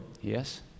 Yes